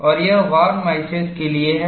और यह von Mises के लिए है